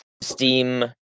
steam